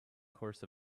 course